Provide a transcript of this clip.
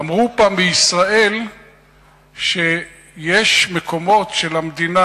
אמרו פעם בישראל שיש מקומות שלמדינה